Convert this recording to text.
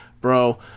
Bro